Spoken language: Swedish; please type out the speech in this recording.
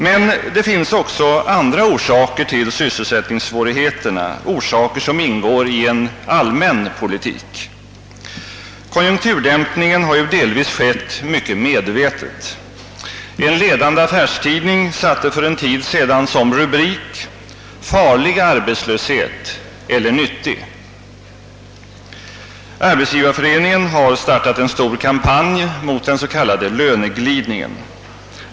Men det finns också andra orsaker till sysselsättningssvårigheterna, orsaker som ingår i en allmän politik. Konjunkturdämpningen har ju delvis skett mycket medvetet. En ledande affärstidning satte för en tid sedan som rubrik: »Farlig arbetslöshet — eller nyttig?» Arbetsgivareföreningen har startat en stor kampanj mot den s.k. löneglidningen.